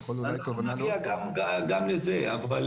זו יכולה להיות תובנה --- נגיע גם לזה, אבל